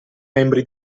membri